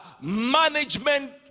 management